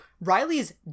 Riley's